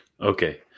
Okay